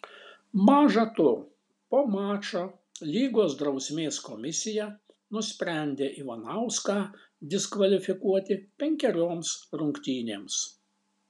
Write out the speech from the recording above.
maža to po mačo lygos drausmės komisija nusprendė ivanauską diskvalifikuoti penkerioms rungtynėms